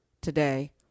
today